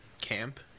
camp